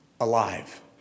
alive